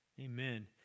Amen